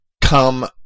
come